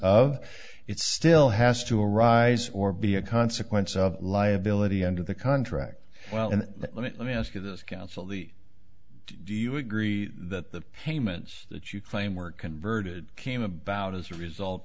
of it still has to arise or be a consequence of liability under the contract well let me ask you this counsel the do you agree that the payments that you claim were converted came about as a result